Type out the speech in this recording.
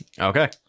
Okay